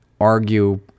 argue